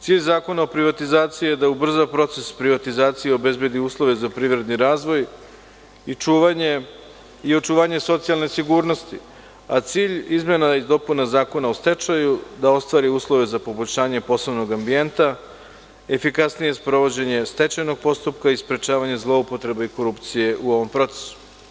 Cilj Zakona o privatizaciji je da ubrza proces privatizacije, obezbedi uslove za privredni razvoj i očuvanje socijalne sigurnosti, a cilj izmena i dopuna Zakona o stečaju je da ostvari uslove za poboljšanje poslovnog ambijenta, efikasnije sprovođenje stečajnog postupka i sprečavanje zloupotreba i korupcije u ovom procesu.